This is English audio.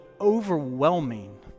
overwhelming